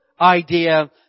idea